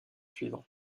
suivant